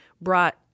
brought